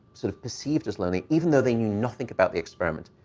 sort of perceived as lonely, even though they knew nothing about the experiment?